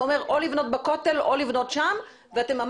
אומר או לבנות בכותל או לבנות שם ואמרתם,